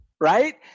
right